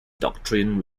doctrine